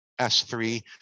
S3